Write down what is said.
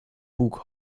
bug